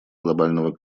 глобального